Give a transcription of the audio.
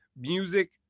music